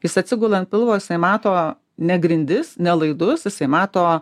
jis atsigula ant pilvo jisai mato ne grindis ne laidus jisai mato